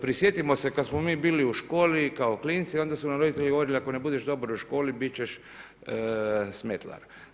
Prisjetimo se kad smo mi bili u školi kao klinci, onda su nam roditelji govorili ako ne budeš dobar u školi bit ćeš smetlar.